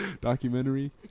documentary